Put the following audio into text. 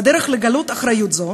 והדרך לגלות אחריות זו